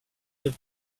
that